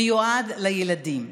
מיועד לילדים.